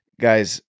Guys